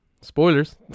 Spoilers